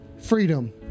Freedom